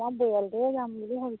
মই পৰিয়ালটোৱে যাম বুলি ভাবিছোঁ